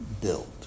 built